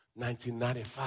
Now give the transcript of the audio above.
1995